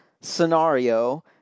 scenario